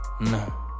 No